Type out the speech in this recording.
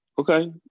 Okay